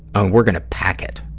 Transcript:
and we're going to pack it,